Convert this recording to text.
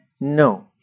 No